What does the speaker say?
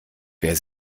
wer